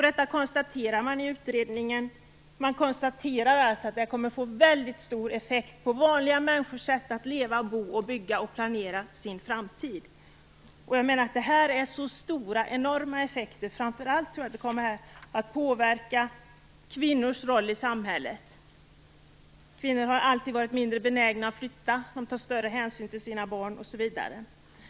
Man konstaterar alltså i utredningen att detta kommer att ha en väldigt stor effekt för vanliga människors sätt att leva, bo, bygga och planera sin framtid. Dessa effekter är så enormt stora att de kommer att påverka framför allt kvinnors roll i samhället. Kvinnor har alltid varit mindre benägna att flytta. De tar större hänsyn till sina barn osv.